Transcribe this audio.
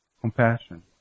compassion